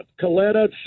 Coletta